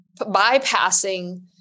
bypassing